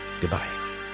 Goodbye